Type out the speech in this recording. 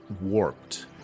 warped